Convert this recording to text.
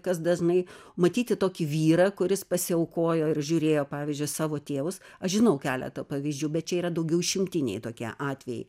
kas dažnai matyti tokį vyrą kuris pasiaukojo ir žiūrėjo pavyzdžiui savo tėvus aš žinau keletą pavyzdžių bet čia yra daugiau išimtiniai tokie atvejai